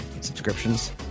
subscriptions